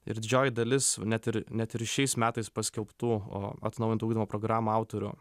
ir didžioji dalis net ir net ir šiais metais paskelbtų o atnaujintų ugdymo programų autorių